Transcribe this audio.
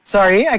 Sorry